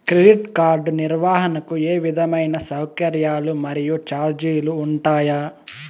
Credit card నిర్వహణకు ఏ విధమైన సౌకర్యాలు మరియు చార్జీలు ఉంటాయా?